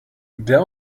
der